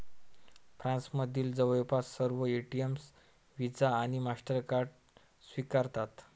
फ्रान्समधील जवळपास सर्व एटीएम व्हिसा आणि मास्टरकार्ड स्वीकारतात